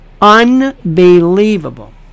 Unbelievable